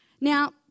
Now